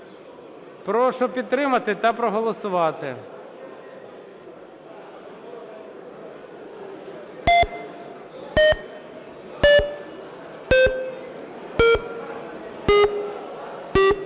Прошу підтримати та проголосувати.